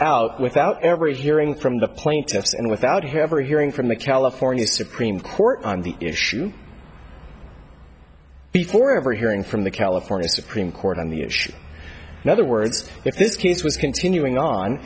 out without ever hearing from the plaintiffs and without have are hearing from the california supreme court on the issue before ever hearing from the california supreme court on the issue another words if this case was continuing on